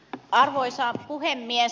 arvoisa puhemies